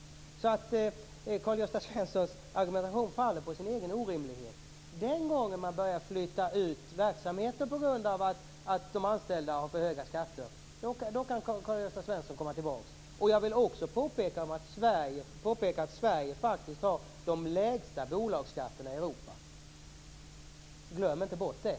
Karl-Gösta Svensons argumentation faller alltså på sin egen orimlighet. Den dag man börjar flytta ut verksamheten på grund av att de anställda har för höga skatter, då kan Karl-Gösta Svenson komma tillbaka. Jag vill också påpeka att Sverige faktiskt har de lägsta bolagsskatterna i Europa. Glöm inte bort det.